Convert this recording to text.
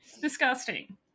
Disgusting